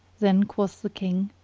then quoth the king,